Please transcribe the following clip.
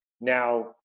Now